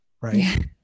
right